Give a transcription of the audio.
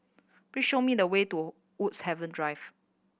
please show me the way to Woods Haven Drive